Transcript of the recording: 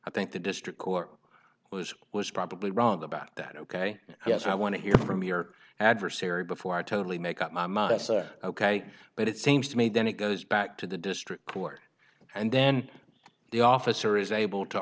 i think the district court was was probably wrong about that ok yes i want to hear from your adversary before i totally make up my muster ok but it seems to me then it goes back to the district court and then the officer is able to